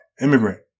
Immigrant